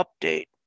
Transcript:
update